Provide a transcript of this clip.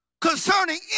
concerning